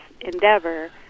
endeavor